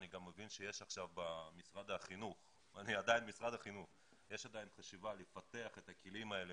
אני גם מבין שיש עכשיו במשרד החינוך חשיבה לפתח את הכלים האלה